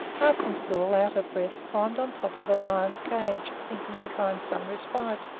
arstingstall, out of breath, climbed on top of the lion's cage, thinking to find some respite,